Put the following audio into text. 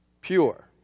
pure